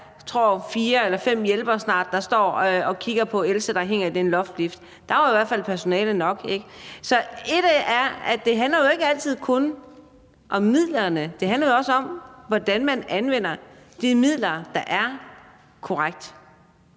jeg, er fire eller snart fem hjælpere, der står og kigger på Else, der hænger i den loftslift. Der var jo i hvert fald personale nok, ikke? Så det handler jo ikke altid kun om midlerne, men det handler jo også om, hvordan man anvender de midler, der er, korrekt.